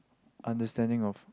understanding of